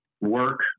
work